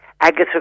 Agatha